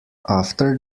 after